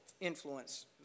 influence